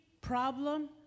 problem